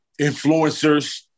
influencers